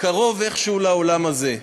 קרוב איכשהו לעולם הזה.